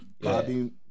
Bobby